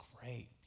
great